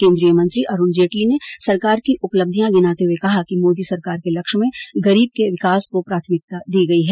केन्द्रीय मंत्री अरूण जेटली ने सरकार की उपलब्धियां गिनाते हुये कहा कि मोदी सरकार के लक्ष्य में गरीब के विकास को प्राथमिकता दी गई है